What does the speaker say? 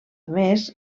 més